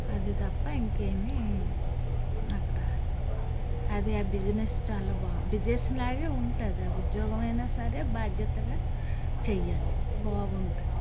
అది తప్ప ఇంకేమీ నాకు రాదు అదే ఆ బిజినెస్ చాల బాగు బిజేనెస్ లాగే ఉంటుంది ఆ ఉద్యోగమైన సరే బాధ్యతగా చెయ్యాలి బాగుంటుంది